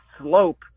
slope